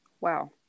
wow